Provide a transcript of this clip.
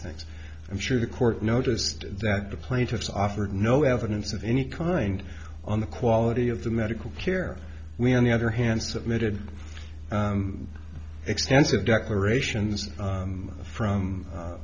things i'm sure the court noticed that the plaintiffs offered no evidence of any kind on the quality of the medical care we on the other hand submitted extensive declarations from